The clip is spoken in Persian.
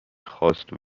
خواست